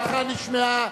הערתך נשמעה.